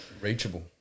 reachable